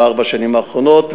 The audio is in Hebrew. בארבע השנים האחרונות,